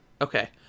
Okay